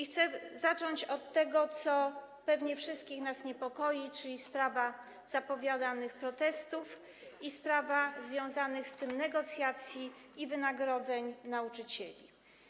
Chcę zacząć od tego, co pewnie wszystkich nas niepokoi, czyli od sprawy zapowiadanych protestów i związanych z tym negocjacji oraz wynagrodzeń nauczycieli.